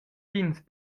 pigns